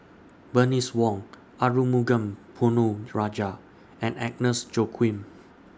Bernice Wong Arumugam Ponnu Rajah and Agnes Joaquim